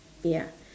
ya